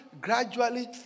gradually